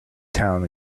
town